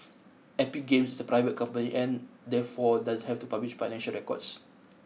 Epic Games is a private company and therefore doesn't have to publish financial records